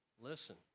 Listen